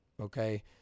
Okay